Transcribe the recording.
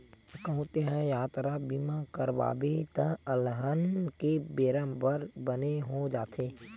कहूँ तेंहा यातरा बीमा करवाबे त अलहन के बेरा बर बने हो जाथे